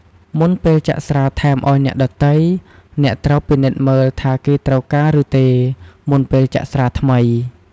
មុនពេលចាក់ស្រាថែមអោយអ្នកដ៏ទៃ អ្នកត្រូវពិនិត្យមើលថាគេត្រូវការឬទេ មុនពេលចាក់ស្រាថ្មី។